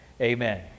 Amen